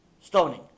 Stoning